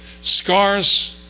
Scars